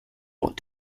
what